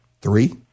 Three